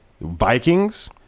Vikings